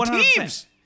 teams